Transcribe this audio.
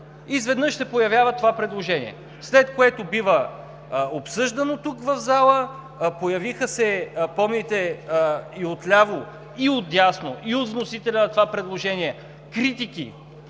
изведнъж се появява това предложение. След което то бива обсъждано тук, в залата. Появиха се, помните и от ляво, и от дясно, и от вносителя на това предложение, критики